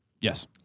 Yes